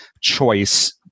choice